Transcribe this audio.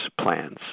plans